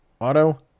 Auto